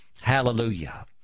hallelujah